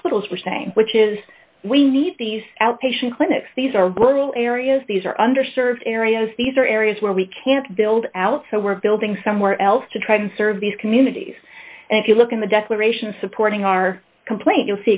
hospitals were saying which is we need these outpatient clinics these are rural areas these are under served areas these are areas where we can't build out so we're building somewhere else to try to serve these communities and if you look at the declaration supporting our complaint you'll